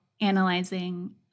analyzing